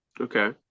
Okay